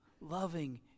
loving